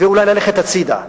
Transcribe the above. ואולי ללכת הצדה.